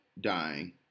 dying